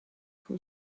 who